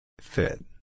fit